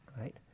right